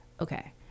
Okay